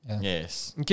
Yes